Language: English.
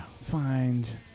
Find